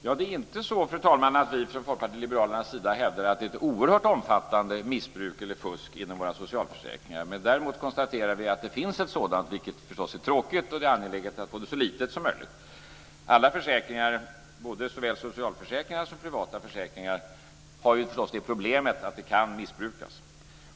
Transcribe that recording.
Fru talman! Det är inte så att vi från Folkpartiet liberalernas sida hävdar att det finns ett omfattande missbruk eller fusk inom våra socialförsäkringar. Däremot konstaterar vi att det finns ett sådant, vilket förstås är tråkigt, och att det är angeläget att få det så litet som möjligt. Alla försäkringar, såväl socialförsäkringar som privata försäkringar, har förstås det problemet att de kan missbrukas.